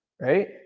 right